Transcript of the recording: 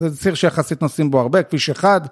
זה ציר שיחסית נוסעים בו הרבה, כביש אחד.